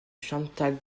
chantal